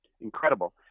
Incredible